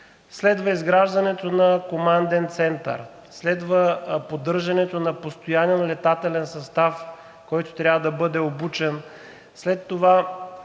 Следва изграждането на команден център, следва поддържането на постоянен летателен състав, който трябва да бъде обучен. След това